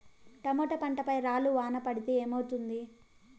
Tomato పంట పై రాళ్లు వాన పడితే ఏమవుతుంది?